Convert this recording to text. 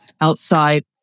outside